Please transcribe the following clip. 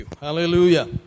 Hallelujah